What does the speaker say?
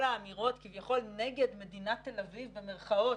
כל האמירות כביכול נגד "מדינת תל אביב" במירכאות